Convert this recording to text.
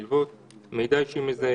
ההסתייגות נדחתה.